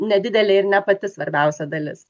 nedidelė ir ne pati svarbiausia dalis